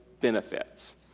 benefits